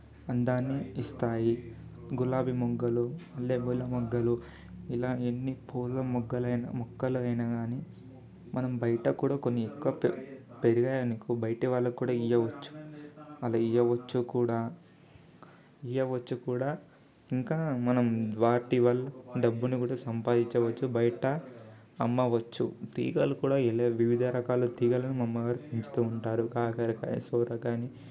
అందాన్ని ఇస్తాయి గులాబీ మొగ్గలు మల్లెపూల మొగ్గలు ఇలా ఎన్ని పూల మొగ్గలు మొక్కలు అయినా కానీ మనం బయట కూడా కొన్ని ఎక్కువ పెరిగాయి అనుకో బయట వాళ్ళకి కూడా ఇయ్యవచ్చు అలా ఇయ్యవచ్చు కూడా ఇయ్యవచ్చు కూడా ఇంకా మనం వాటి వల్ల డబ్బును కూడా సంపాదించవచ్చు బయట అమ్మవచ్చు తీగలు కూడా వివిధ రకాల తీగలు మా అమ్మగారు పెంచుతూ ఉంటారు కాకరకాయ సొరకాయ అని